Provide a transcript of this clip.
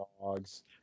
dogs